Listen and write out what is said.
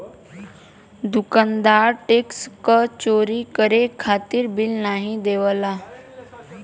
दुकानदार टैक्स क चोरी करे खातिर बिल नाहीं देवला